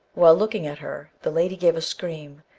while looking at her, the lady gave a scream,